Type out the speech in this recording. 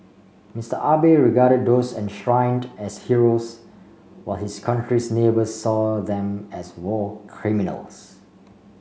Mister Abe regarded those enshrined as heroes while his country's neighbours saw them as war criminals